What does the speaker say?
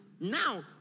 now